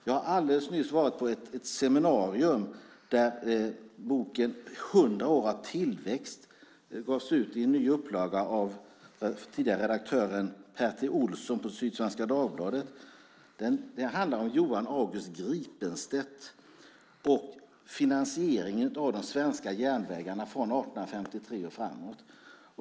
Jag har alldeles nyss varit på ett seminarium där boken 100 år av tillväxt av tidigare redaktören Per T. Ohlsson på Sydsvenska Dagbladet presenterades i en ny upplaga. Den handlar om Johan August Gripenstedt och finansieringen av de svenska järnvägarna från 1853 och framåt.